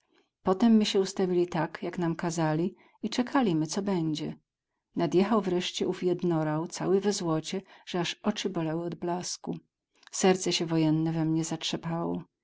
potem my sie ustawili tak jak nam kazali i czekali my co bedzie nadjechał wreszcie ów jednorał cały w złocie że aż oczy bolały od blasku serce sie wojenne we mnie zatrzepało